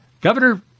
Governor